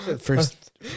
First